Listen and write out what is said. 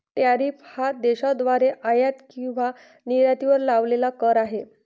tariff हा देशाद्वारे आयात किंवा निर्यातीवर लावलेला कर आहे